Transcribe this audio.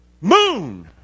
Moon